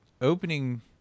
opening